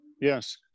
yes